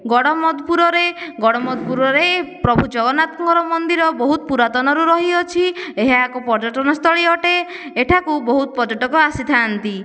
ଗଡ଼ମଧୁପୁରରେ ଗଡ଼ମଧୁପୁରରେ ପ୍ରଭୁ ଜଗନ୍ନାଥଙ୍କର ମନ୍ଦିର ବହୁତ ପୁରାତନରୁ ରହିଅଛି ଏହା ଏକ ପର୍ଯ୍ୟଟନସ୍ଥଳୀ ଅଟେ ଏଠାକୁ ବହୁତ ପର୍ଯ୍ୟଟକ ଆସିଥାନ୍ତି